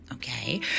Okay